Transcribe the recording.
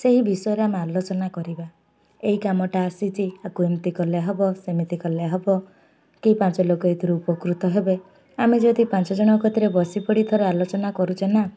ସେହି ବିଷୟରେ ଆମେ ଆଲୋଚନା କରିବା ଏଇ କାମଟା ଆସିଛି ଆକୁ ଏମିତି କଲେ ହେବ ସେମିତି କଲେ ହେବ କେହି ପାଞ୍ଚ ଲୋକ ଏଥିରୁ ଉପକୃତ ହେବେ ଆମେ ଯଦି ପାଞ୍ଚ ଜଣଙ୍କ ତିରେ ବସି ପଡ଼ି ଥର ଆଲୋଚନା କରୁଛେ ନା